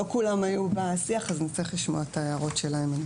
לא כולם היו בשיח, אז נצטרך לשמוע את ההערות שלהם.